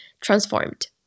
transformed